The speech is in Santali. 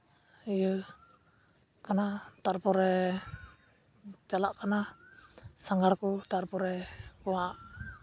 ᱤᱭᱟᱹ ᱠᱟᱱᱟ ᱛᱟᱨᱯᱚᱨᱮ ᱪᱟᱞᱟᱜ ᱠᱟᱱᱟ ᱥᱟᱸᱜᱷᱟᱨ ᱠᱚ ᱛᱟᱨᱯᱚᱨᱮ ᱠᱚᱣᱟᱜ